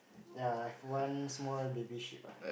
yea I have one small baby ship ah